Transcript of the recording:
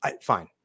fine